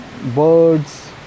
birds